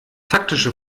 taktische